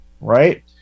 right